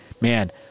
man